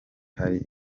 hari